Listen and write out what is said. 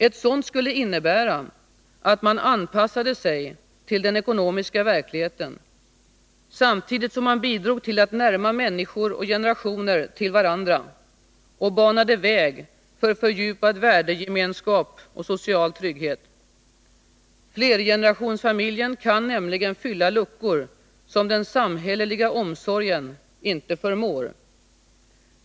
Ett sådant skulle innebära att man anpassade sig till den ekonomiska verkligheten, samtidigt som man bidrog till att närma människor och generationer till varandra och banade väg för fördjupad värdegemenskap och social trygghet. Flergenerationsfamiljen kan nämligen fylla luckor, som den samhälleliga omsorgen inte förmår.